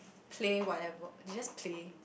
play what ever they just play